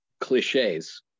cliches